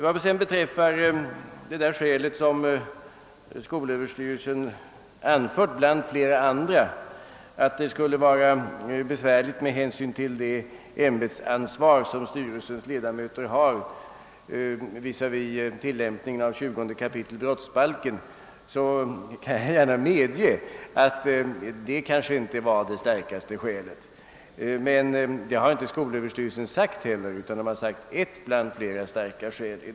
Vad beträffar det skäl som skolöverstyrelsen anfört bland flera andra att det skulle vara besvärligt med hänsyn till det ämbetsansvar som styrelsens l1edamöter har visavi tillämpning av 20 kap. brottsbalken, kan jag gärna medge att det kanske inte var det starkaste skälet, men det har inte skolöverstyrelsen sagt heller, utan den har sagt att detta är ett bland flera starka skäl.